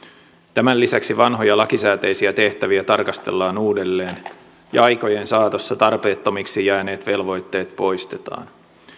tämän lisäksi vanhoja lakisääteisiä tehtäviä tarkastellaan uudelleen ja aikojen saatossa tarpeettomiksi jääneet velvoitteet poistetaan